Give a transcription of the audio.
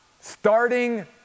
starting